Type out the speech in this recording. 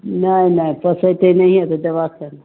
नहि नहि पोसेतै नैहिये तऽ देबक